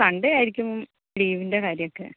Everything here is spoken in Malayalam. സൺഡേ ആയിരിക്കും ലീവിൻ്റെ കാര്യമൊക്കെ